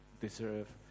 deserve